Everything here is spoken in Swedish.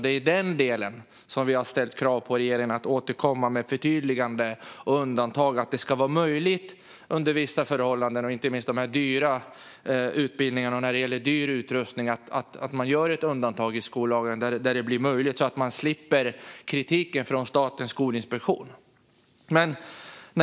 Det är i den delen vi har ställt krav på regeringen att återkomma med förtydliganden och göra det möjligt att under vissa förhållanden, inte minst när det gäller dyra utbildningar och utbildningar med dyr utrustning, göra undantag i skollagen så att man slipper kritik från Statens skolinspektion.